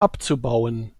abzubauen